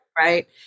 right